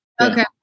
Okay